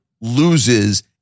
loses